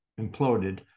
imploded